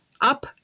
up